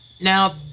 Now